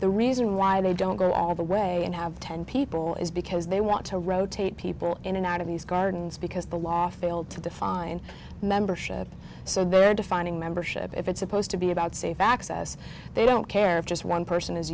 the reason why they don't go all the way and have ten people is because they want to rotate people in and out of these gardens because the law failed to define membership so they're defining membership if it's supposed to be about safe access they don't care if just one person is